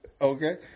Okay